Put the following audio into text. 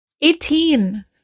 Eighteen